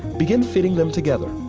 begin fitting them together.